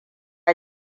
ya